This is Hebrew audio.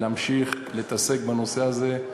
להמשיך להתעסק בנושא הזה,